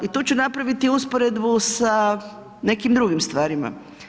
I tu ću napraviti usporedbu sa nekim drugim stvarima.